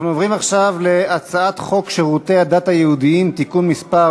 אנחנו עוברים עכשיו להצעת חוק שירותי הדת היהודיים (תיקון מס'